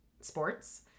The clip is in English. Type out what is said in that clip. sports